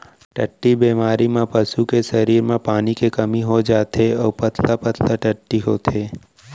टट्टी बेमारी म पसू के सरीर म पानी के कमी हो जाथे अउ पतला पतला टट्टी होथे